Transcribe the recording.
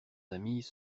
amis